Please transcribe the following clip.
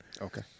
Okay